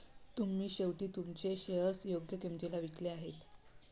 तुम्ही शेवटी तुमचे शेअर्स योग्य किंमतीला विकले आहेत